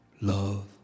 Love